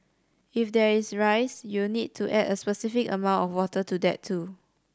if there is rice you'll need to add a specified amount of water to that too